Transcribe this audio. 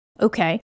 okay